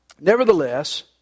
Nevertheless